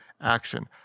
action